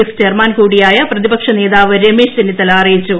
F chairman കൂടിയായ പ്രതിപക്ഷ നേതാവ് രമേശ് ചെന്നിത്തല അറിയിച്ചു